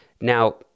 Now